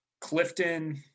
Clifton